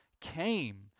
came